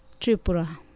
Tripura